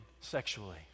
sexually